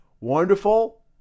wonderful